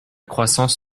croissance